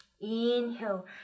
inhale